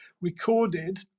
recorded